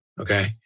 okay